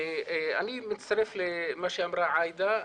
אני מצטרף למה שאמרה עאידה.